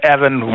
Evan